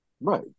right